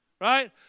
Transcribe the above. right